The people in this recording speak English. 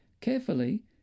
Carefully